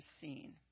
seen